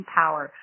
power